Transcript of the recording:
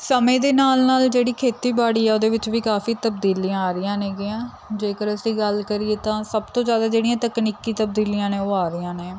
ਸਮੇਂ ਦੇ ਨਾਲ ਨਾਲ ਜਿਹੜੀ ਖੇਤੀਬਾੜੀ ਆ ਉਹਦੇ ਵਿੱਚ ਵੀ ਕਾਫੀ ਤਬਦੀਲੀਆਂ ਆ ਰਹੀਆਂ ਨੇਗੀਆਂ ਜੇਕਰ ਅਸੀਂ ਗੱਲ ਕਰੀਏ ਤਾਂ ਸਭ ਤੋਂ ਜ਼ਿਆਦਾ ਜਿਹੜੀਆਂ ਤਕਨੀਕੀ ਤਬਦੀਲੀਆਂ ਨੇ ਉਹ ਆ ਰਹੀਆਂ ਨੇ